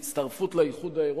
בהצטרפות לאיחוד האירופי,